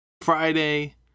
Friday